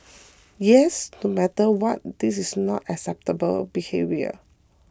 yes no matter what this is not acceptable behaviour